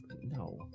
no